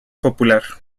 popular